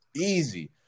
Easy